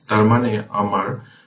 তার মানে আমার V o c 3 ভোল্ট